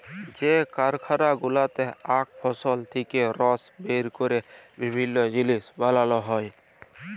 যে কারখালা গুলাতে আখ ফসল থেক্যে রস বের ক্যরে বিভিল্য জিলিস বানাল হ্যয়ে